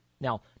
Now